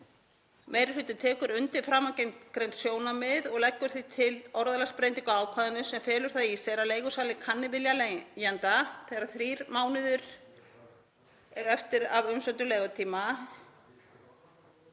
Meiri hlutinn tekur undir framangreind sjónarmið og leggur því til orðalagsbreytingu á ákvæðinu sem felur það í sér að leigusali kanni vilja leigutaka þegar þrír mánuðir eru eftir af umsömdum leigutíma